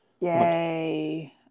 Yay